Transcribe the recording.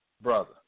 brother